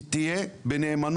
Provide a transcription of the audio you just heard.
היא תהיה בנאמנות,